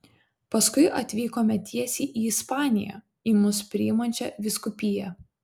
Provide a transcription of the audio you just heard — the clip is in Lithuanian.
paskui atvykome tiesiai į ispaniją į mus priimančią vyskupiją